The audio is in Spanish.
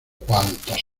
cuantos